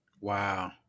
Wow